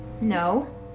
No